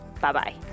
bye-bye